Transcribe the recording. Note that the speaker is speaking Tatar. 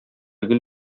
гел